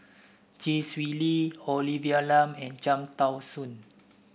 Chee Swee Lee Olivia Lum and Cham Tao Soon